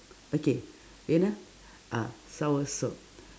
okay wait ah soursop